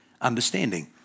understanding